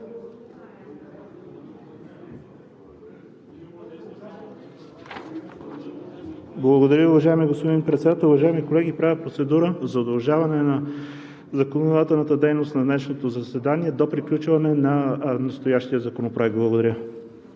Благодаря, уважаеми господин Председател. Уважаеми колеги, правя процедура за удължаване на законодателната дейност на днешното заседание до приключване на настоящия законопроект. Благодаря.